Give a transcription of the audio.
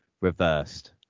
reversed